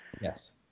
yes